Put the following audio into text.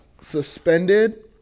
suspended